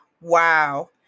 wow